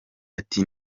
ati